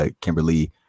Kimberly